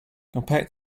compared